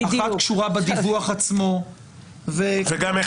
אחת קשורה בדיווח עצמו --- וגם איך